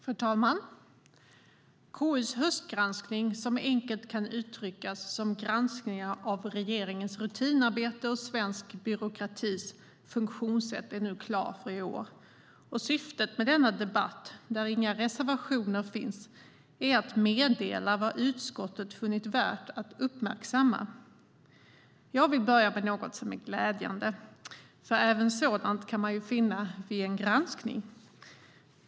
Fru talman! KU:s höstgranskning, som enkelt kan uttryckas som granskning av regeringens rutinarbete och svensk byråkratis funktionssätt, är nu klar för i år. Syftet med denna debatt, där inga reservationer finns, är att meddela vad utskottet funnit värt att uppmärksamma. Jag vill börja med något som är glädjande - även sådant kan man finna vid en granskning.